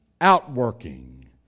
outworking